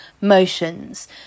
motions